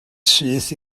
syth